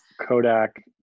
Kodak